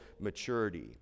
maturity